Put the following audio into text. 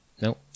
no